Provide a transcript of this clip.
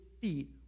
feet